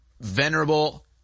venerable